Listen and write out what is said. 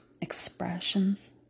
expressions